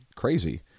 crazy